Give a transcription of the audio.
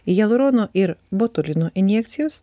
hialurono ir botulino injekcijos